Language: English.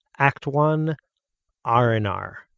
act one r and r